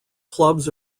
clubs